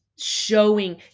showing